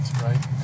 right